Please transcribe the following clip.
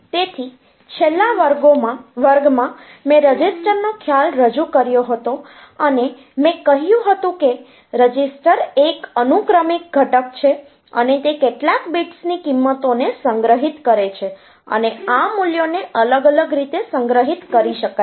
તેથી છેલ્લા વર્ગમાં મેં રજિસ્ટર નો ખ્યાલ રજૂ કર્યો હતો અને મેં કહ્યું હતું કે રજિસ્ટર એક અનુક્રમિક ઘટક છે અને તે કેટલાક બિટ્સની કિંમતોને સંગ્રહિત કરે છે અને આ મૂલ્યોને અલગ અલગ રીતે સંગ્રહિત કરી શકાય છે